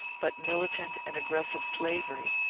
but militant and aggressive slavery,